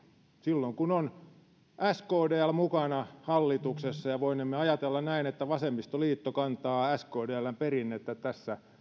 silloin kun skdl on mukana hallituksessa ja voinemme ajatella näin että vasemmistoliitto kantaa skdln perinnettä tässä